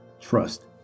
trust